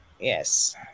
Yes